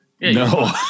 No